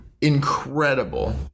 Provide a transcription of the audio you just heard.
Incredible